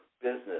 business